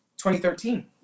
2013